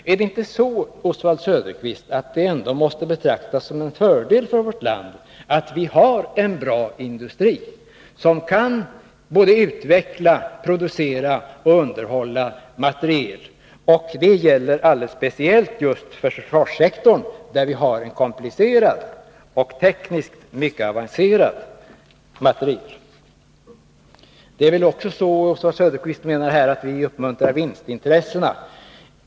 Måste det ändå inte, Oswald Söderqvist, betraktas som en fördel för vårt land att ha en bra industri som kan både utveckla, producera och underhålla materiel och att det alldeles speciellt gäller försvarssektorn, där vi har komplicerad och tekniskt mycket avancerad materiel? Oswald Söderqvist säger att vi uppmuntrar vinstintressena.